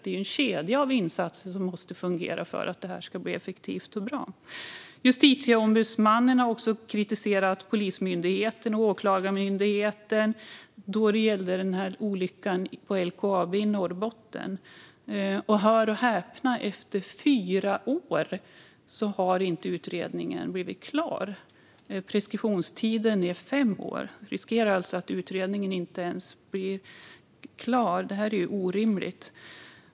Det är en kedja av insatser som måste fungera för att det ska bli effektivt och bra. Justitieombudsmannen har också kritiserat Polismyndigheten och Åklagarmyndigheten då det gällde olyckan på LKAB i Norrbotten. Och hör och häpna: Ännu efter fyra år har utredningen inte blivit klar! Preskriptionstiden är fem år, och vi riskerar alltså att utredningen inte blir klar. Det är orimligt.